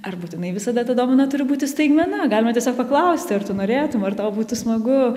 ar būtinai visada ta dovana turi būti staigmena galima tiesiog paklausti ar tu norėtum ar tau būtų smagu